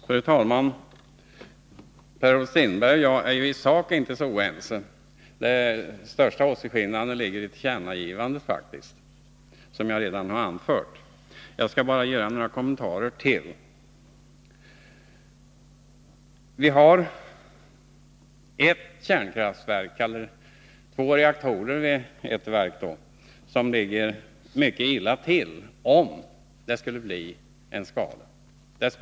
Fru talman! Per-Olof Strindberg och jag är i sak inte så oense. Den största åsiktsskillnaden ligger faktiskt i ett tillkännagivande, vilket jag redan har anfört. Jag skall bara göra några ytterligare kommentarer. Vi har ett kärnkraftverk — ett verk med två reaktorer — som ligger mycket illa till om det skulle bli en skada.